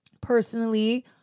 Personally